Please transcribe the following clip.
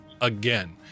again